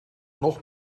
nog